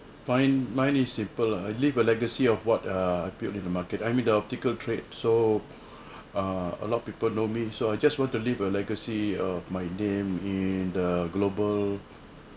mine mine is simple lah leave a legacy of what uh purely the market I'm in the optical trade so err a lot of people know me so I just want to live a legacy err my name in the global